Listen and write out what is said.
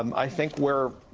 um i think we're,